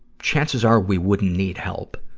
chances are we wouldn't need help.